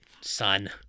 son